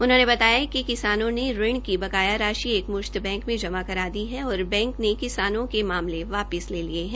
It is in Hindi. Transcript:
उन्होंने बताया कि किसानों ने ऋण की बकाया राशि एक म्श्त बैंक में जमा करा दी है और बैंक ने किसानों के मामले वापिस ले लिए हैं